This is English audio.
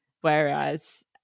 whereas